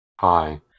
Hi